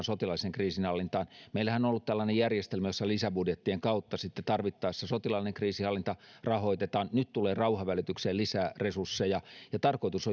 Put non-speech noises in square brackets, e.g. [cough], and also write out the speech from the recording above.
[unintelligible] sotilaallisen kriisinhallintaan meillähän on ollut tällainen järjestelmä jossa lisäbudjettien kautta tarvittaessa sotilaallinen kriisinhallinta rahoitetaan nyt tulee rauhanvälitykseen lisää resursseja ja tarkoitus [unintelligible]